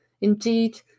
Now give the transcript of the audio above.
Indeed